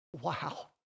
Wow